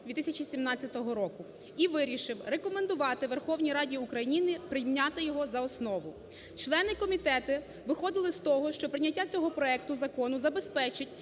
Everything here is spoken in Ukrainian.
року і вирішив рекомендувати Верховній Раді України прийняти його за основу. Члени комітету виходили з того, що прийняття цього проекту закону забезпечить